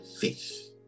faith